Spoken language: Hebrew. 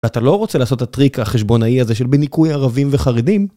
אתה לא רוצה לעשות את הטריק החשבונאי הזה של בניקוי ערבים וחרדים?